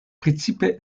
precipe